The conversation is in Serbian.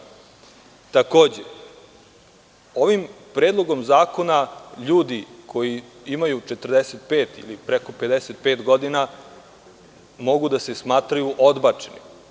Takođe, ovim Predlogom zakona, ljudi koji imaju 45 ili preko 55 godina mogu da se smatraju odbačenim.